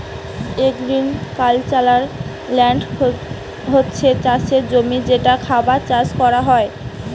agricultural land হচ্ছে চাষের জমি যেটাতে খাবার চাষ কোরা হয়